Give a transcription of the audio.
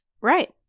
Right